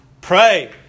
Pray